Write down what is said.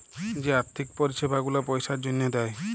যে আথ্থিক পরিছেবা গুলা পইসার জ্যনহে দেয়